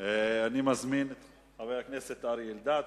אני מזמין את חבר הכנסת אריה אלדד,